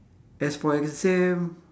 as for exam